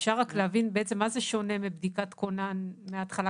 אפשר רק להבין בעצם מה זה שונה מבדיקת כונן מההתחלה?